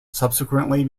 subsequently